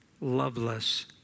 loveless